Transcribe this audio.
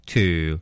Two